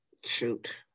Shoot